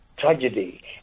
tragedy